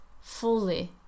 fully